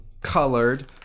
colored